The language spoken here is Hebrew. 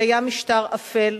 שהיה משטר אפל,